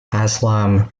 aslam